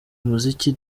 umuziki